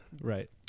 right